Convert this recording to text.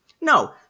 No